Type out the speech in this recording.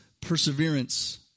perseverance